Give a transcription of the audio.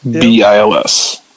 B-I-L-S